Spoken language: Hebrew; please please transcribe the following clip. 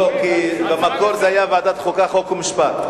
לא, כי במקור זה היה ועדת החוקה, חוק ומשפט.